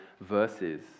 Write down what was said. verses